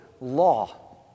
law